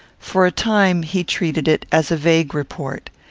for a time, he treated it as a vague report.